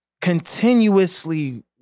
continuously